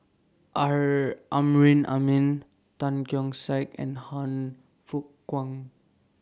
Amrin Amin Tan Keong Saik and Han Fook Kwang